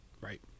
Right